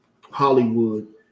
Hollywood